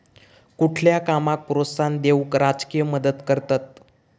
कुठल्या कामाक प्रोत्साहन देऊक राजकीय मदत करतत